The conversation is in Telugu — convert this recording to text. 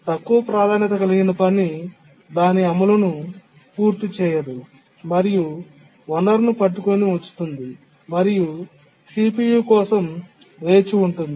తక్కువ ప్రాధాన్యత కలిగిన పని దాని అమలును పూర్తి చేయదు మరియు వనరును పట్టుకొని ఉంచుతుంది మరియు CPU కోసం వేచి ఉంటుంది